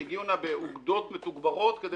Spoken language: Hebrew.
שהגיעו לכאן באוגדות מתוגברות כדי לראות.